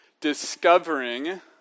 discovering